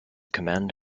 command